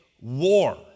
war